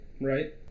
right